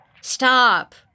Stop